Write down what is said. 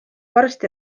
varsti